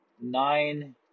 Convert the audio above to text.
nine